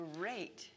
Great